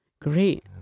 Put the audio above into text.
great